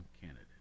candidate